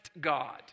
God